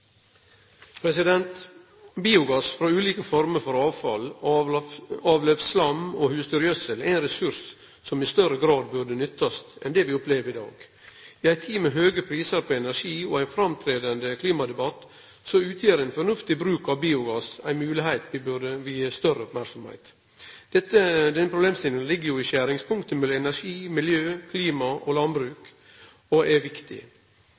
ein ressurs som burde nyttast i større grad enn det vi opplever i dag. I ei tid med høge prisar på energi og ein viktig klimadebatt utgjer ein fornuftig bruk av biogass ei moglegheit vi burde vie større oppmerksemd. Den problemstillinga ligg i skjeringspunktet mellom energi, miljø, klima og landbruk og er viktig.